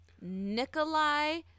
Nikolai